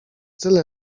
tyle